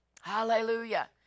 Hallelujah